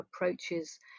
approaches